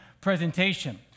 presentation